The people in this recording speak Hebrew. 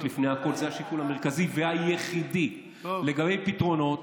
הוא לא יהיה כבאי,